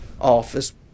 Office